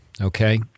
okay